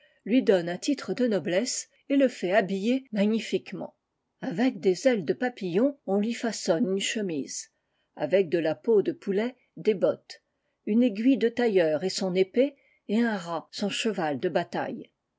lui donne un titre de noblesse et le fait habiller mayniiiqucmcnt avec des ailes de papillon on lui façonne une chemise avec de la peau de poulet des bottes une aiguille de tailleur est son épée et un rat son cheval de bataille